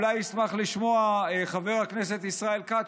אולי ישמח לשמוע חבר הכנסת ישראל כץ,